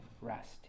rest